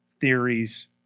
theories